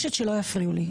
אני מבקשת שלא יפריעו לי.